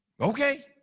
Okay